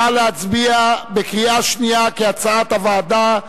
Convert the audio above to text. נא להצביע בקריאה שנייה, כהצעת הוועדה.